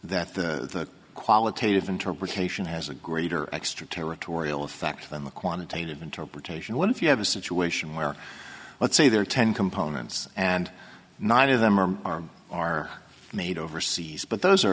that the that the qualitative interpretation has a greater extraterritorial effect than the quantitative interpretation what if you have a situation where let's say there are ten components and nine of them are are are made overseas but those are